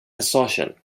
exhaustion